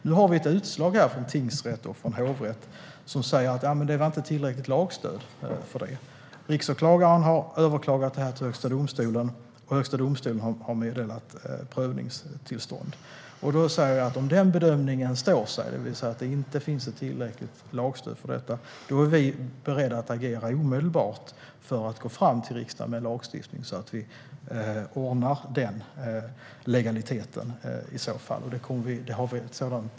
Nu har vi ett utslag från tingsrätt och hovrätt som säger att det inte fanns tillräckligt lagstöd för det. Riksåklagaren har överklagat det här till Högsta domstolen, och Högsta domstolen har meddelat prövningstillstånd. Om den bedömningen står sig, det vill säga att det inte finns tillräckligt lagstöd för detta, är vi beredda att agera omedelbart för att komma till riksdagen med en lagstiftning så att vi ordnar legaliteten.